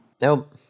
Nope